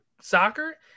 soccer